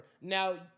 Now